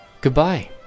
Goodbye